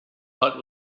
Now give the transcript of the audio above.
but